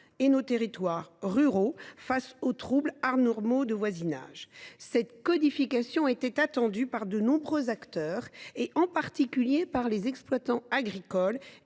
nos territoires ruraux et urbains face aux troubles anormaux de voisinage. Cette codification était attendue par de nombreux acteurs, en particulier les exploitants agricoles,